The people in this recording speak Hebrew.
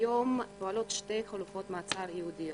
היום פועלות שתי חלופות מעצר ייעודיות.